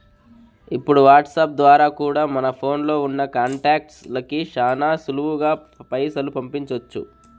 ఇప్పుడు వాట్సాప్ ద్వారా కూడా మన ఫోన్లో ఉన్నా కాంటాక్ట్స్ లకి శానా సులువుగా పైసలు పంపించొచ్చు